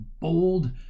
bold